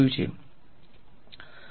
વિદ્યાર્થી સપાટી જે ઉત્પન્ન કરે છે